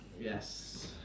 Yes